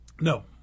No